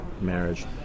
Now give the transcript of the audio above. marriage